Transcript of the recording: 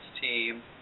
team